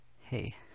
hey